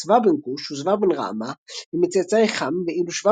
סבא בן כוש ושבא בן רעמה הם מצאצאי חם ואילו שבא